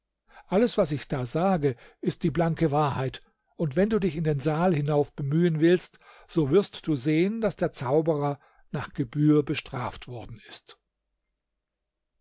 alles was ich da sage ist die blanke wahrheit und wenn du dich in den saal hinauf bemühen willst so wirst du sehen daß der zauberer nach gebühr bestraft worden ist